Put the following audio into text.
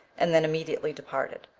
and then immediately departed.